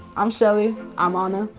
i'm shellie. i'm ah ona.